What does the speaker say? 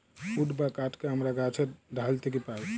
would বা কাহাঠকে আমরা গাহাছের ডাহাল থ্যাকে পাই